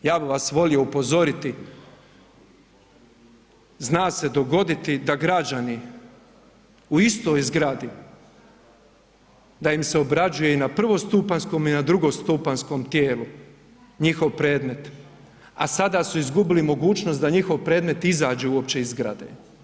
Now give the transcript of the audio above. Ja bih vas volio upozoriti, zna se dogoditi da građani u istoj zgradi da im se obrađuje i na prvostupanjskom i na drugostupanjskom tijelu njihov predmet, a sada su izgubili mogućnost da njihov predmet izađe uopće iz zgrade.